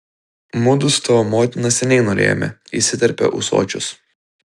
mudu su tavo motina seniai norėjome įsiterpia ūsočius